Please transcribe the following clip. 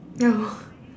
ya hor